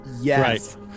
Yes